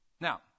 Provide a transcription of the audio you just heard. Now